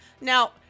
Now